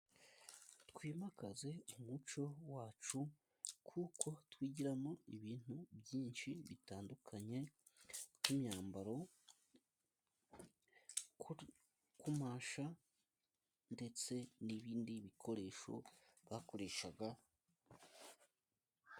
Twimakaze umuco wacu kuko twigiramo ibintu byinshi bitandukanye, nk'imyambaro kumasha ndetse n'ibindi bikoresho bakoresha.